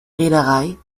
reederei